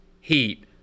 heat